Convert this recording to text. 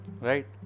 right